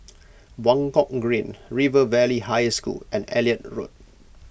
Buangkok Green River Valley High School and Elliot Road